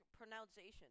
pronunciation